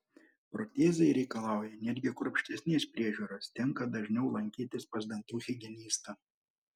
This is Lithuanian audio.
protezai reikalauja netgi kruopštesnės priežiūros tenka dažniau lankytis pas dantų higienistą